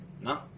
No